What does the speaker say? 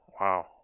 wow